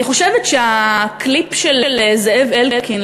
אני חושבת שהקליפ של זאב אלקין,